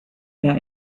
mehr